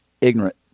ignorant